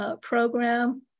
program